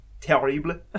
Terrible